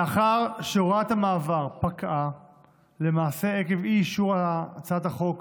מאחר שהוראת המעבר פקעה למעשה עקב אי-אישור הצעת החוק